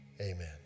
Amen